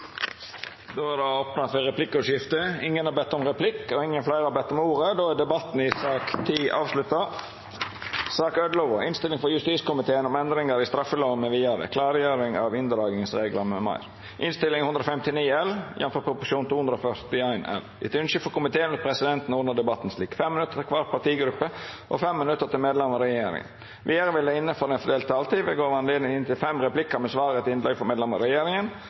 Ingen har bedt om replikk, og fleire har ikkje bedt om ordet til sak nr. 10. Etter ynske frå justiskomiteen vil presidenten ordna debatten slik: 5 minutt til kvar partigruppe og 5 minutt til medlemer av regjeringa. Vidare vil det – innanfor den fordelte taletida – verta gjeve anledning til inntil fem replikkar med svar etter innlegg frå medlemer av regjeringa,